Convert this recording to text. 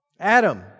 Adam